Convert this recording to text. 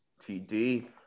TD